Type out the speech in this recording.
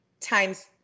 times